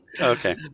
Okay